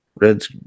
Red's